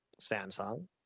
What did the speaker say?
Samsung